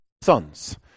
sons